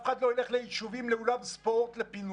אף אחד לא ילך ליישובים, לאולם ספורט לפינוי.